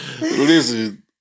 Listen